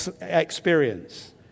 experience